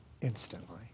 instantly